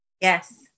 Yes